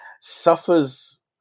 suffers